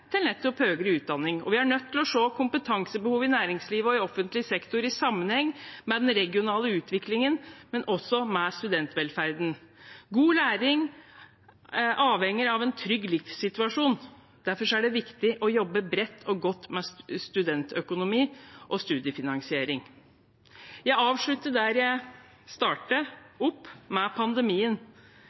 Vi er nødt til å se kompetansebehovet i næringslivet og i offentlig sektor i sammenheng med den regionale utviklingen, men også med studentvelferden. God læring avhenger av en trygg livssituasjon. Derfor er det viktig å jobbe bredt og godt med studentøkonomi og studiefinansiering. Jeg avslutter der jeg startet – med pandemien.